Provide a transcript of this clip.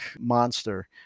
monster